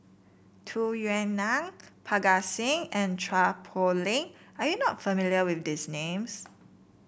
Tung Yue Nang Parga Singh and Chua Poh Leng are you not familiar with these names